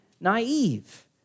naive